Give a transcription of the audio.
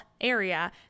area